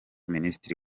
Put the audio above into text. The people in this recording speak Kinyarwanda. minisitiri